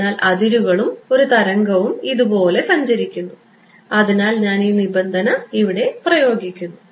അതിനാൽ അതിരുകളും ഒരു തരംഗവും ഇതുപോലെ സഞ്ചരിക്കുന്നു അതിൽ ഞാൻ ഈ നിബന്ധന ചുമത്തുന്നു